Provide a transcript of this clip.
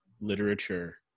literature